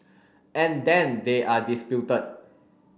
and then they are disputed